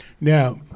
Now